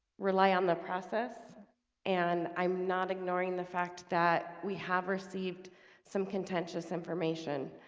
rely on the process and i'm not ignoring the fact that we have received some contentious information